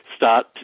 start